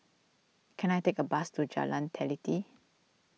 can I take a bus to Jalan Teliti